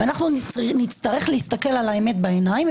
אנחנו נצטרך להסתכל לאמת בעיניים,